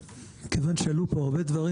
מכיוון שעלו פה הרבה דברים,